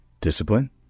Discipline